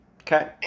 Okay